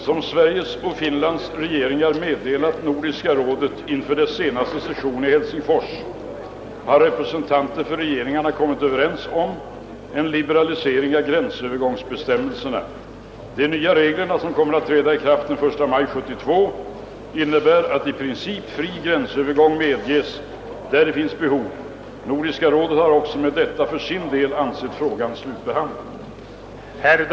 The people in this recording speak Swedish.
Som Sveriges och Finlands regeringar meddelat Nordiska rådet inför dess senaste session i Helsingfors har representanter för regeringarna kommit överens om en liberalisering av gränsövergångsbestämmelserna. De nya reglerna, som kommer att träda i kraft den I maj 1972, innebär att i princip fri gränsövergång medges där det finns behov. Nordiska rådet har också med detta för sin del ansett frågan slutbehandlad.